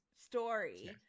story